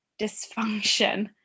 dysfunction